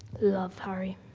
love, harry,